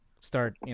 start